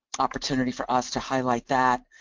opportunity for us to highlight that.